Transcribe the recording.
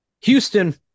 Houston